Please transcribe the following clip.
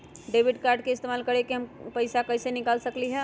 Debit card के इस्तेमाल करके हम पैईसा कईसे निकाल सकलि ह?